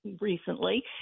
recently